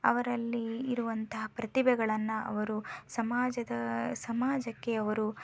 ಅವರಲ್ಲಿ ಇರುವಂತಹ ಪ್ರತಿಭೆಗಳನ್ನು ಅವರು ಸಮಾಜದ ಸಮಾಜಕ್ಕೆ ಅವರು